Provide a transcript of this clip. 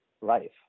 life